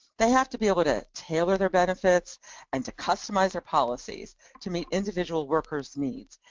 they have to be able to tailor their benefits and to customize their policies to meet individual worker's needs,